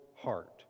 heart